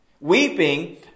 Weeping